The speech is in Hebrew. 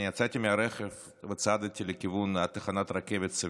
אני יצאתי מהרכב וצעדתי לכיוון תחנת הרכבת סבידור.